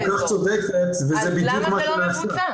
גברתי את כל-כך צודקת וזה בדיוק מה שנעשה.